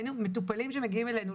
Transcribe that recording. היינו מטופלים שמגיעים אלינו,